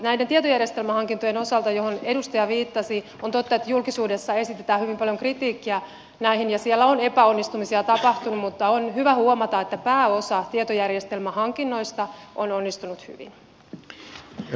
näiden tietojärjestelmähankintojen osalta joihin edustaja viittasi on totta että julkisuudessa esitetään hyvin paljon kritiikkiä näihin ja siellä on epäonnistumisia tapahtunut mutta on hyvä huomata että pääosa tietojärjestelmähankinnoista on onnistunut hyvin